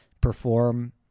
perform